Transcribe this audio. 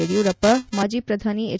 ಯಡಿಯೂರಪ್ಪ ಮಾಜಿ ಪ್ರಧಾನಿ ಎಚ್